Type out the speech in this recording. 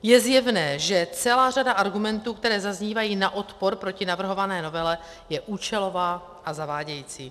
Je zjevné, že celá řada argumentů, které zaznívají na odpor proti navrhované novele, je účelová a zavádějící.